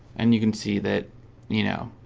and you can see that you know,